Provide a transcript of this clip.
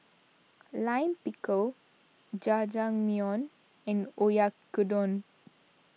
Lime Pickle Jajangmyeon and Oyakodon